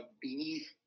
beneath